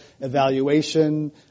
evaluation